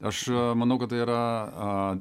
aš manau kad tai yra a